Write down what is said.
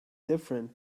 different